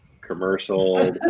commercial